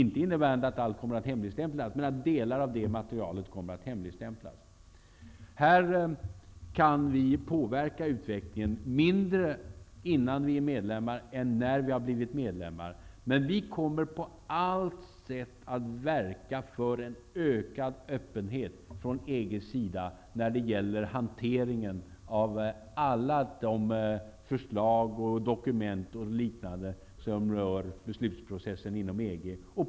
Delar av materialet kommer att hemligstämplas. När Sverige har blivit medlem kommer vi att kunna påverka utvecklingen mer än vi kan göra i dag. Vi kommer på allt sätt att verka för en ökad öppenhet från EG:s sida när det gäller hanteringen av alla de förslag och dokument som rör beslutsprocessen inom EG.